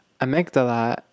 amygdala